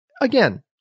Again